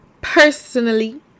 personally